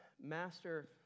Master